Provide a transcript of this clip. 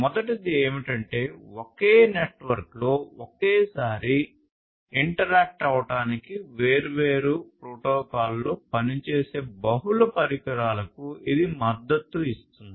మొదటిది ఏమిటంటే ఒకే నెట్వర్క్లో ఒకేసారి ఇంటరాక్ట్ అవ్వడానికి వేర్వేరు ప్రోటోకాల్లలో పనిచేసే బహుళ పరికరాలకు ఇది మద్దతు ఇస్తుంది